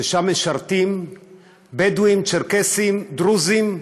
ששם משרתים בדואים, צ'רקסים, דרוזים,